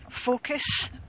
focus